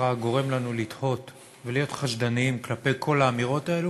שככה גורם לנו לתהות ולהיות חשדניים כלפי כל האמירות האלה.